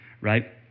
right